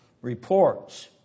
reports